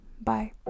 bye